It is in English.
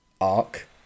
arc